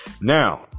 Now